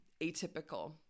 atypical